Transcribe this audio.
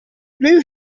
blue